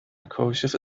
کاشف